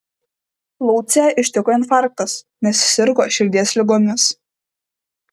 laucę ištiko infarktas nes sirgo širdies ligomis